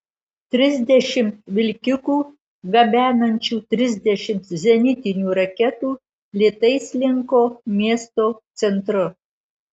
trisdešimt vilkikų gabenančių trisdešimt zenitinių raketų lėtai slinko miesto centru